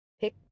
pick